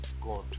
God